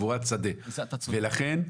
קבורת שדה, ולכן,